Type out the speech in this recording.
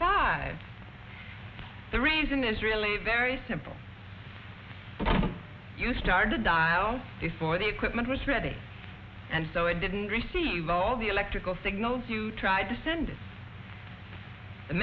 number the reason is really very simple you start to dial before the equipment was ready and so it didn't receive all the electrical signals you tried to send the